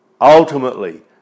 Ultimately